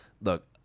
Look